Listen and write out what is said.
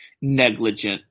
negligent